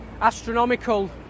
astronomical